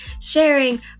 sharing